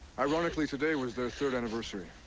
ironically, today was their third anniversary.